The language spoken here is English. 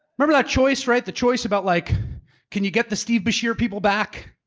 remember that choice, right? the choice about like can you get the steve beshear people back?